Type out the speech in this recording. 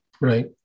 Right